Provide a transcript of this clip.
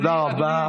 תודה רבה.